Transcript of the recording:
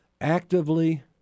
actively